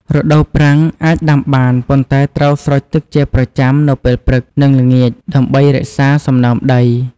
រដូវប្រាំង អាចដាំបាន ប៉ុន្តែត្រូវស្រោចទឹកជាប្រចាំនៅពេលព្រឹក និងល្ងាចដើម្បីរក្សាសំណើមដី។